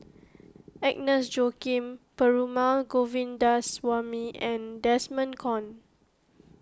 Agnes Joaquim Perumal Govindaswamy and Desmond Kon